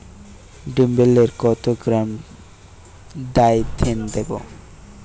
ডিস্মেলে কত gram Dithane দেবো?